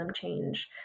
change